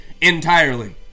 entirely